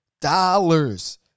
dollars